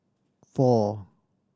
four